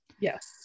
Yes